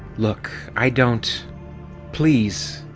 look, i don't please!